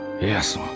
Yes